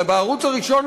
אבל בערוץ הראשון,